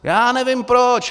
Já nevím proč.